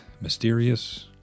mysterious